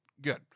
Good